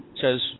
Says